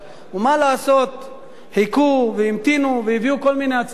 ומה לעשות, חיכו והמתינו והביאו כל מיני הצעות